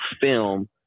film